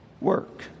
work